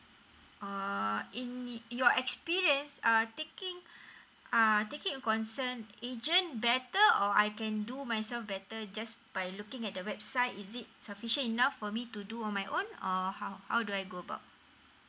oh in you experience uh taking uh taking a consent agent better or I can do myself better just by looking at the website is it sufficient enough for me to do on my own or how how do I go about